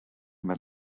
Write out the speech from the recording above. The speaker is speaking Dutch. met